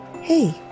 Hey